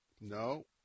No